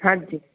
हांजी